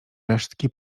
resztki